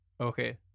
Okay